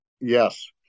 Yes